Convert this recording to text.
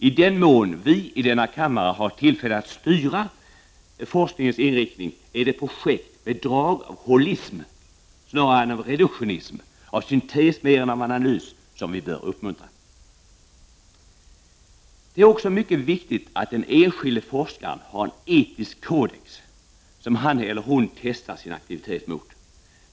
I den mån vi i denna kammare har tillfälle att styra forskningens inriktning, är det projekt med drag av holism snarare än av reduktionism, av syntes mer än av analys, som vi bör uppmuntra. Det är också mycket viktigt att den enskilde forskaren har en etisk kodex som han eller hon testar sin aktivitet mot.